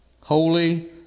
Holy